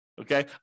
okay